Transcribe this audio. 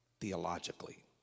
theologically